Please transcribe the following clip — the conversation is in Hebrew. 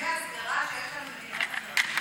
הסכמי הסגרה שיש לנו עם מדינות אחרות,